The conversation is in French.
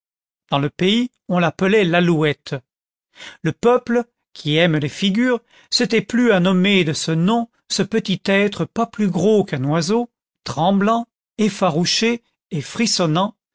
dans le pays on l'appelait l'alouette le peuple qui aime les figures s'était plu à nommer de ce nom ce petit être pas plus gros qu'un oiseau tremblant effarouché et frissonnant